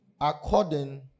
according